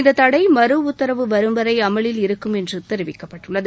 இந்த தடை மறு உத்தரவு வரும் வரை அமலில் இருக்கும் என்று தெரிவிக்கப்பட்டுள்ளது